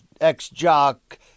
ex-jock